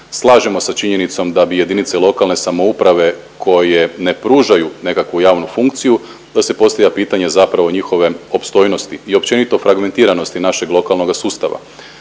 slažemo sa činjenicom da bi JLS koje ne pružaju nekakvu javnu funkciju da se postavlja pitanje zapravo njihove opstojnosti i općenito fragmentiranosti našeg lokalnoga sustava.